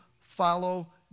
follow